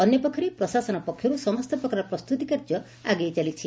ଅନ୍ୟପକ୍ଷରେ ପ୍ରଶାସନ ପକ୍ଷରୁ ସମସ୍ତ ପ୍ରକାର ପ୍ରସ୍ତୁତି କାର୍ଯ୍ୟ ଆଗେଇ ଚାଲିଛି